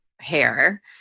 hair